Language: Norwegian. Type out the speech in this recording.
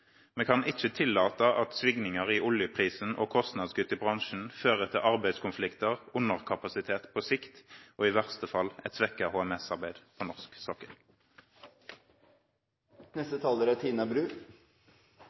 Vi kan ikke tillate at svingninger i oljeprisen og kostnadskutt i bransjen fører til arbeidskonflikter, underkapasitet på sikt og i verste fall et svekket HMS-arbeid på norsk